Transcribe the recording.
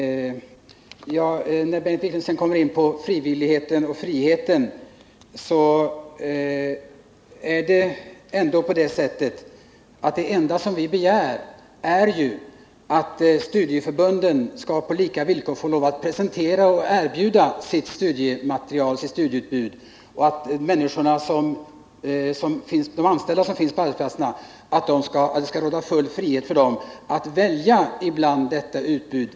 När Bengt Wiklund sedan kommer in på frivilligheten och friheten, vill jag påpeka att det enda som vi begär är att studieförbunden på lika villkor skall få lov att presentera sitt studieutbud och att det skall råda full frihet för de anställda på arbetsplatserna att välja i detta utbud.